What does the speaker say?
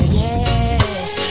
yes